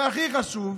והכי חשוב,